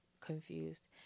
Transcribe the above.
confused